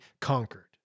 conquered